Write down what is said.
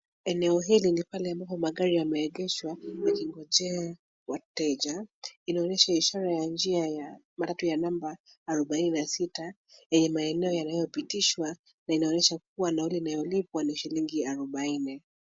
Eneo hili ni pale ambapo magari yameegeshwa yakingojea wateja. Inaonyesha ishara ya njia ya matatu ya namba 46 yenye maeneo yanayopitishwa, na inaonyesha kuwa nauli inayolipwa ni shilingi 40.